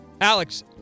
Alex